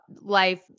life